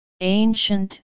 Ancient